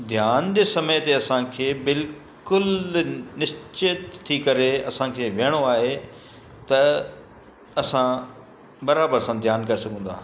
ध्यान जे समय ते असांखे बिल्कुलु निश्चित थी करे असांखे विहिणो आहे त असां बराबरि सां ध्यानु करे सघूं था